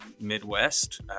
Midwest